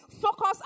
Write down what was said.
focus